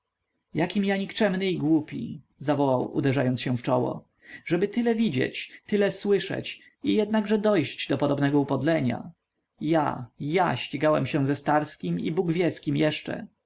jakim ja nikczemny i głupi zawołał uderzając się w czoło żeby tyle widzieć tyle słyszeć i jednakże dojść do podobnego upodlenia ja ja ścigałem się ze starskim i bóg wie z kim jeszcze